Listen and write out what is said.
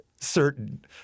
certain